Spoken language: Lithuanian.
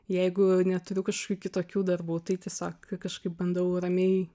jeigu neturiu kažkokių kitokių darbų tai tiesiog kažkaip bandau ramiai